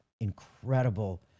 incredible